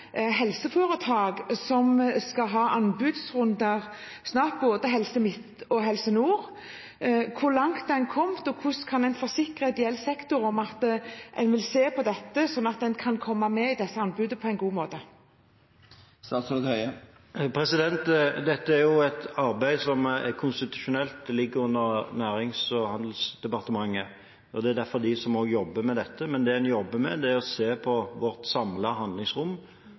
helseforetak som skal ha anbudsrunder snart – både Helse Midt-Norge og Helse Nord. Hvor langt har en kommet, og hvordan kan en forsikre ideell sektor om at en vil se på dette, slik at en kan komme med i disse anbudsrundene på en god måte? Dette er et arbeid som konstitusjonelt ligger under Nærings- og handelsdepartementet, og derfor er det også de som jobber med dette. Det en jobber med, er å se på vårt samlede handlingsrom